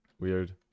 Weird